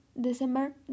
December